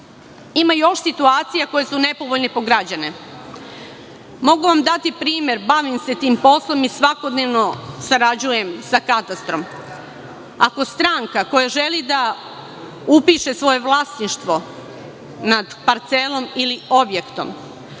Ima još situacije koje su nepovoljne po građane. Mogu vam dati primer, bavim se tim poslom i svakodnevno sarađujem sa katastrom. Ako stranka koja želi da upiše svoje vlasništvo nad parcelom ili objektom,